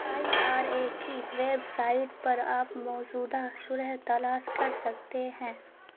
I R A کی website پر آپ موجودہ شرح تلاش کر سکتے ہیں